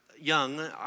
young